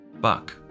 Buck